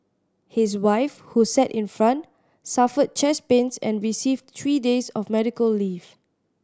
his wife who sat in front suffered chest pains and received three days of medical leave